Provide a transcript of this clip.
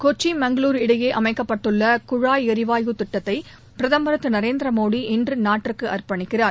கொச்சி மங்களூர் இடையே அமைக்கப்பட்டுள்ள குழாய் எரிவாயு திட்டத்தை பிரதமர் திரு நரேந்திர மோடி இன்று நாட்டிற்கு அர்ப்பணிக்கிறார்